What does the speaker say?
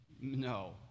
No